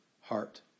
heart